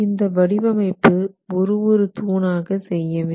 இந்த வடிவமைப்பை ஒரு ஒரு தூணாக செய்ய வேண்டும்